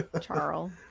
Charles